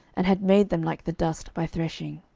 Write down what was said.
and had made them like the dust by threshing.